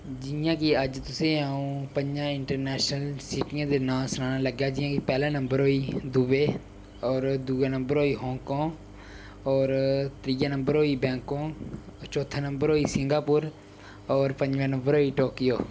जि'यां कि अज्ज तुसें ई अ'ऊं प'ञें इंटरनैशनल सिटियें दे नांऽ सनान लगा आं जि'यां कि पैह्ला नम्बर होई दुबई और दूए नंबर होई हांगकांग और त्रीये नम्बर होई बैंकाक चौथे नम्बर होई सिंगापुर और पञमें नम्बर होई टोकियो